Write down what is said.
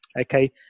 okay